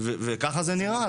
וככה זה נראה.